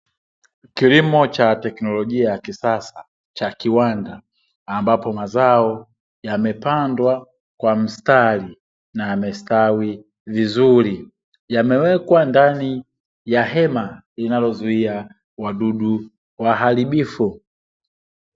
Kilimo cha teknolojia ya kisasa cha kiwanda ambapo mazao yamepandwa kwa mstari na yamestawi vizuri, yamewekwa ndani ya hema linalozuia wadudu waharibifu.